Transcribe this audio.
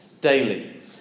daily